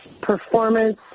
performance